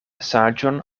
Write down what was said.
saĝon